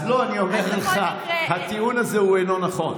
אז לא, אני אומר לך שהטיעון הזה אינו נכון.